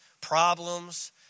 problems